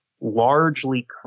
largely